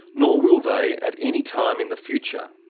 nor will they at any time in the future.